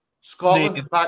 Scotland